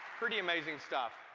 pretty amazing stuff.